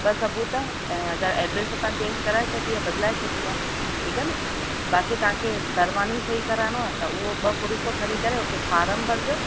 ॿ सबूत ऐं अगरि एड्र्स तव्हां चेंज कराए छॾी आहे बदिलाए छॾी आहे ठीकु आहे न बाक़ी तव्हां खे धरवानी सही कराइणो आहे त उहो ॿ प्रूफ खणी करे उते फार्म भरिजो